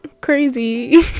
crazy